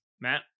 Matt